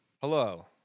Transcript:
Hello